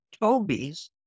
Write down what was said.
Toby's